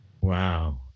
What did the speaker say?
Wow